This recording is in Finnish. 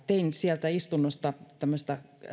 tein sieltä istunnosta tämmöistä